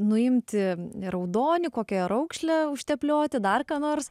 nuimti raudonį kokią raukšlę užteplioti dar ką nors